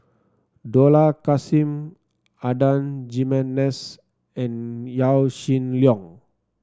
Dollah Kassim Adan Jimenez and Yaw Shin Leong